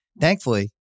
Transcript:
Thankfully